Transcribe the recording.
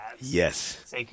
Yes